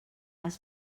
has